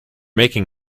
making